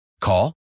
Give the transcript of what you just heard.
Call